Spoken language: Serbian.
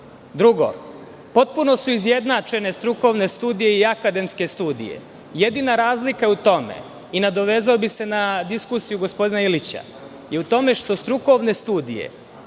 potpuno su izjednačene strukovne studije i akademske studije. Jedina razlika u tome, i nadovezao bih se na diskusiju gospodina Ilića, je u tome što strukovne studije